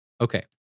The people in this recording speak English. Okay